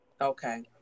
Okay